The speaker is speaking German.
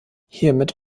hiermit